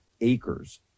acres